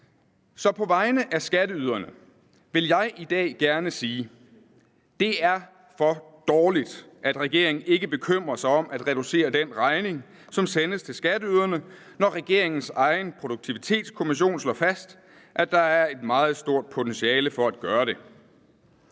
Så på vegne af skatteyderne vil jeg gerne i dag sige, at det er for dårligt, at regeringen ikke bekymrer sig om at reducere den regning, som sendes til skatteyderne, når regeringens egen Produktivitetskommission slår fast, at der er et meget stort potentiale for at gøre det.